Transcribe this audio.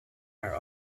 are